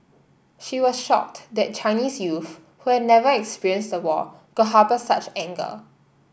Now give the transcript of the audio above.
she was shocked that Chinese youth who had never experienced the war could harbour such anger